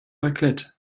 raclette